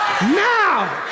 now